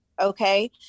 okay